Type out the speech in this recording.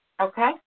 Okay